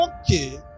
okay